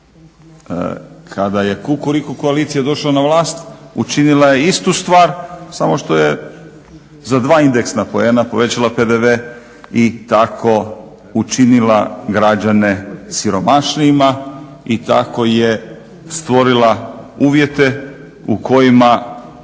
Kada je Kukuriku koalicija došla na vlast učinila je istu stvar samo što je za 2indeksna poena povećala PDV i tako učinila građane siromašnijima i tako je stvorila uvjete u kojima